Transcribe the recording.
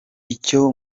icyo